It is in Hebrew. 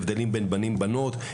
הבדלים בין בנים לבנות.